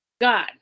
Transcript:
God